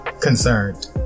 concerned